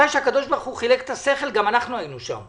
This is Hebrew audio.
מתי שהקדוש ברוך הוא חילק את השכל גם אנחנו היינו שם,